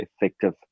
effective